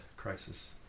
crisis